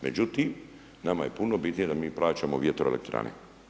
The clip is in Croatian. Međutim, nama je puno bitnije da mi plaćamo vjetroelektrane.